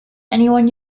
anyone